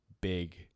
big